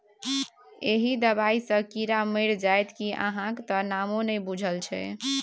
एहि दबाई सँ कीड़ा मरि जाइत कि अहाँक त नामो नहि बुझल छै